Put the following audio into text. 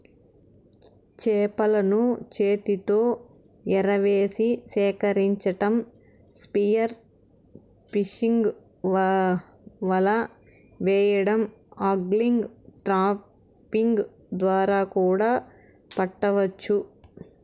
చేపలను చేతితో ఎరవేసి సేకరించటం, స్పియర్ ఫిషింగ్, వల వెయ్యడం, ఆగ్లింగ్, ట్రాపింగ్ ద్వారా కూడా పట్టవచ్చు